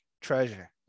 treasure